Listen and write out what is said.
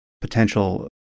potential